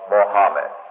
Mohammed